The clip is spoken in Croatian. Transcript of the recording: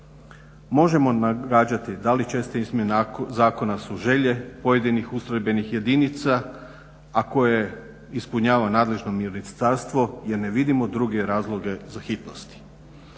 Možemo nagađati da li česte izmjene zakona su želje pojedinih ustrojstvenih jedinica, a koje ispunjava nadležno ministarstvo, jer ne vidimo druge razlike za hitnosti.